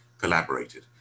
collaborated